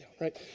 right